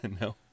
No